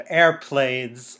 airplanes